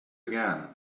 again